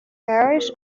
parish